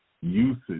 usage